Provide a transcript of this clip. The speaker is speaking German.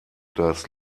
das